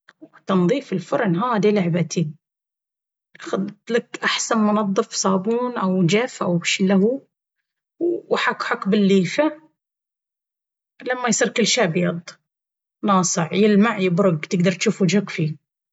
تنظيف الفرن هادي لعبتي… أخذ لك أحسن منظف صابون او جف أو الا هو وحكحك بالليفة لين ما يصير كل شي أبيض ناصع يلمع يبرق تقدر تجوف وجهك فيه.